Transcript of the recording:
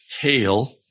hail